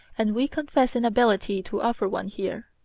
and we confess inability to offer one here.